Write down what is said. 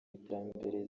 iterambere